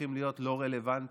והופכים להיות לא רלוונטיים,